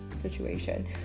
situation